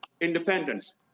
independence